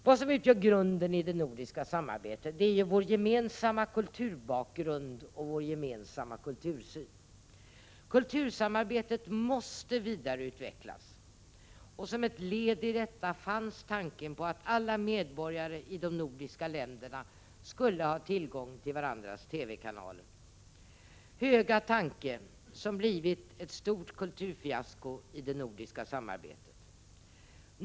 Vad som utgör grunden i det nordiska samarbetet är vår gemensamma kulturbakgrund och vår gemensamma kultursyn. Kultursamarbetet måste vidareutvecklas. Som ett led i detta fanns tanken att alla medborgare i de nordiska länderna skulle ha tillgång till varandras TV-kanaler — en hög tanke som blivit ett stort kulturfiasko i det nordiska samarbetet.